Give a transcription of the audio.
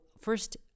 first